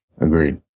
Agreed